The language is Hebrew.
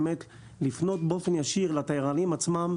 לפנות באופן ישיר לתיירנים עצמם,